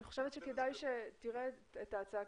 אני חושבת שכדאי שתראה את ההצעה,